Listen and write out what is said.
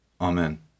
Amen